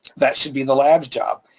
that should be the lab's job.